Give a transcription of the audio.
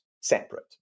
separate